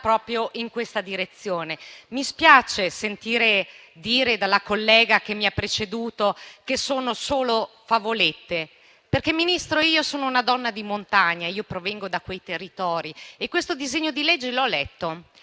proprio in questa direzione. Mi spiace sentir dire dalla collega che mi ha preceduto che sono solo favolette. Ministro, io sono una donna di montagna, provengo da quei territori e questo disegno di legge l'ho letto;